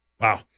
Wow